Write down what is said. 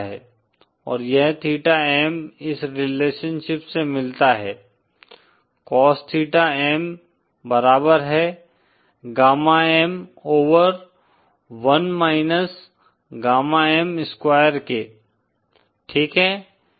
और यह theta M इस रिलेशनशिप से मिलता है cos थीटा M बराबर है gamma M over 1 minus gamma M square के ठीक है